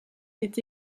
est